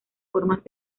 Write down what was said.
formas